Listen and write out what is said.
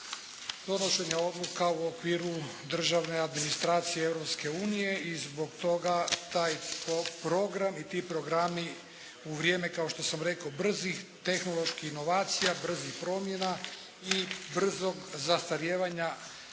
donošenja odluka u okviru državne administracije Europske unije. I zbog toga taj program i ti programi u vrijeme kao što sam rekao brzih tehnoloških inovacija, brzih promjena i brzog zastarijevanja